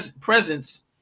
presence